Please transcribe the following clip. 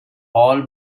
all